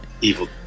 evil